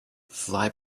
fly